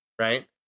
right